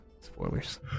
Spoilers